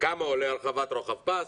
כמה עולה הרחבת רוחב פס,